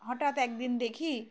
হঠাৎ একদিন দেখি